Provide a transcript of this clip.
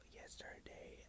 yesterday